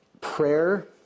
prayer